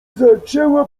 zaczęła